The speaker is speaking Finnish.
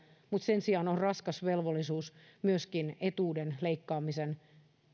mutta sen sijaan on raskas velvollisuus myöskin etuuden leikkaamisen